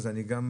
גם אני מושך.